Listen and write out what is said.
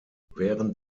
während